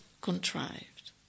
contrived